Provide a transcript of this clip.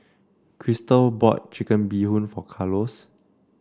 Chrystal bought Chicken Bee Hoon for Carlos